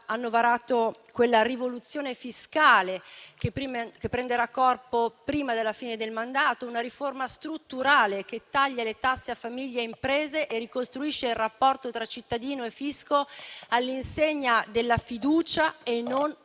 hanno varato quella rivoluzione fiscale che prenderà corpo prima della fine del mandato; una riforma strutturale che taglia le tasse a famiglie e imprese e ricostruisce il rapporto tra cittadino e fisco all'insegna della fiducia e non